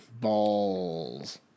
balls